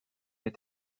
est